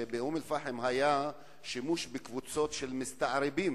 שבאום-אל-פחם היה שימוש בקבוצות של מסתערבים?